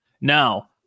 Now